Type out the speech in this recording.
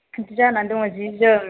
बिदि जानानै दं जि जोम